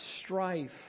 strife